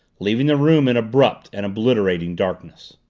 leaving the room in abrupt and obliterating darkness.